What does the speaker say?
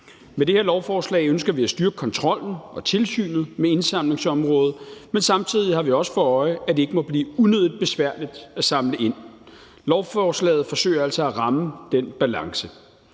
Med det her lovforslag ønsker vi at styrke kontrollen og tilsynet med indsamlingsområdet, men samtidig har vi også for øje, at det ikke må blive unødig besværligt at samle ind. Lovforslaget forsøger altså at ramme den balance.